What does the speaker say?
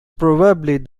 probably